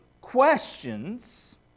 questions